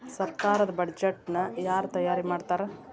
ಸರ್ಕಾರದ್ ಬಡ್ಜೆಟ್ ನ ಯಾರ್ ತಯಾರಿ ಮಾಡ್ತಾರ್?